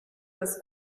das